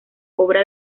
obra